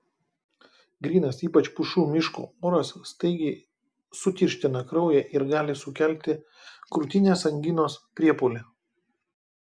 grynas ypač pušų miško oras staigiai sutirština kraują ir gali sukelti krūtinės anginos priepuolį